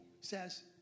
says